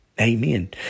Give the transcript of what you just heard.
Amen